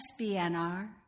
SBNR